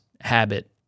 habit